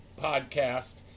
podcast